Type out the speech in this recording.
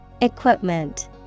Equipment